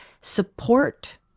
support